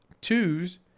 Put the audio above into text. twos